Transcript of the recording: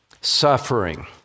suffering